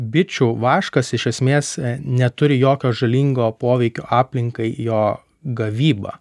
bičių vaškas iš esmės neturi jokio žalingo poveikio aplinkai jo gavyba